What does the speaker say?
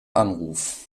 anruf